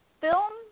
film